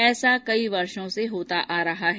ऐसे कई वर्षो से होता आ रहा है